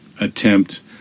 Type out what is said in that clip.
attempt